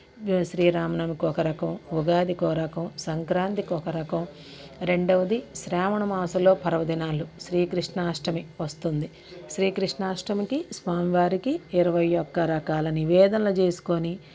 శ్రీ రామనవమకి ఒక రకం ఉగాది కొరకం సంక్రాంతికి ఒక రకం రెండవది శ్రావణమాసంలో పర్వదినాలు శ్రీకృష్ణాష్టమి వస్తుంది శ్రీకృష్ణాష్టమికి స్వామి వారికి ఇరవై ఒక్క రకాల నివేదనలు చేసుకొని